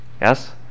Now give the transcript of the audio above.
Yes